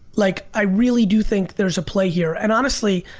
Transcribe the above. like, i really do think there's a play here. and honestly,